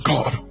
God